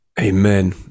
Amen